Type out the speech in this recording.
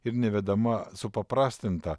ir nevedama supaprastinta